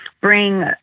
bring